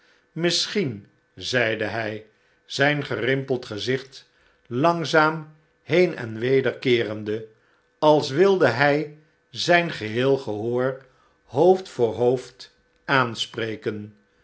misschien zeide hij zijn gerimpeld gezicht langzaam heen en weder keerende als wilde hij zijn geheel gehoor hoofd voor hoofd aanspreken